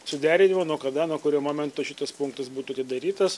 suderinimo nuo kada nuo kurio momento šitas punktas būtų atidarytas